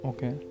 Okay